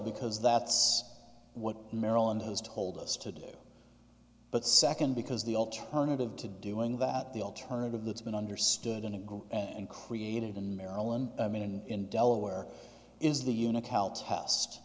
because that's what maryland has told us to do but second because the alternative to doing that the alternative that's been understood in a group and created in maryland i mean in delaware is the unocal test